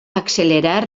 accelerar